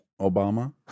Obama